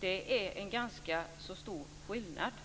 Det är en ganska stor skillnad i det avseendet.